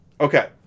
Okay